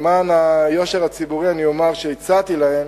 למען היושר הציבורי, אני אומר שהצעתי להם